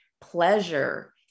pleasure